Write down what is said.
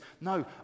no